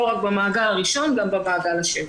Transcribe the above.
לא רק במעגל הראשון אלא גם במעגל השני.